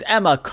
Emma